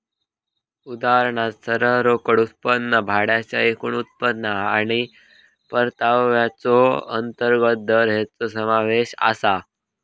उदाहरणात सरळ रोकड उत्पन्न, भाड्याचा एकूण उत्पन्न आणि परताव्याचो अंतर्गत दर हेंचो समावेश आसा